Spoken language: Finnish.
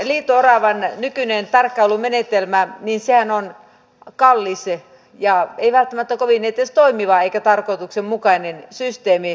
liito oravan nykyinen tarkkailumenetelmähän on kallis eikä välttämättä edes kovin toimiva eikä tarkoituksenmukainen systeemi